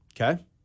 Okay